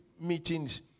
meetings